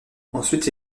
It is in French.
ensuite